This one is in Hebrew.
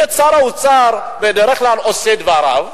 יש את שר האוצר שבדרך כלל עושה את דברו,